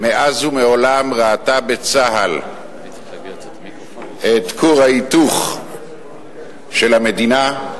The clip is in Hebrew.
מאז ומעולם ראתה בצה"ל את כור ההיתוך של המדינה,